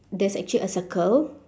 there's actually a circle